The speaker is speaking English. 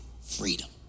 freedom